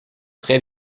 très